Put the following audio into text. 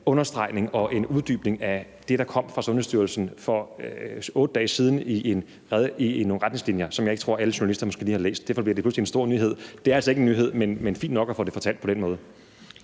understregning og en uddybning af det, der kom fra Sundhedsstyrelsen for 8 dage siden i nogle retningslinjer, som jeg måske ikke tror alle journalister lige har læst. Derfor bliver det pludselig en stor nyhed. Det er altså ikke en nyhed, men det er fint nok at få det fortalt på den måde.